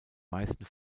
meisten